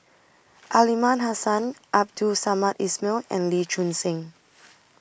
Aliman Hassan Abdul Samad Ismail and Lee Choon Seng